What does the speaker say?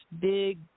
big